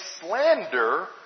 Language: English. slander